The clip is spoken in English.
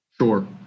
Sure